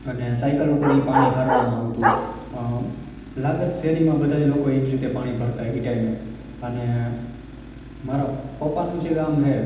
અને સાઇકલ ઉપર ઈ પાણી સારવામાં આવતું લાગત શેરીમાં બધાં ઈજ રીતે પાણી ભરતાં ઈ ટાઈમે અને મારા પપ્પાનું જે ગામ છે